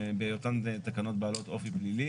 בהיותן תקנות בעלות אופי פלילי.